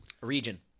Region